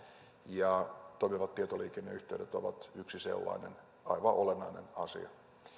ja toimivat tietoliikenneyhteydet ovat yksi sellainen aivan olennainen asia